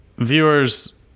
Viewers